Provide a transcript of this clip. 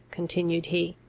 continued he,